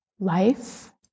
Life